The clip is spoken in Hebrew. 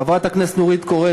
חברת הכנסת נורית קורן,